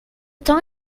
temps